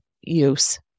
use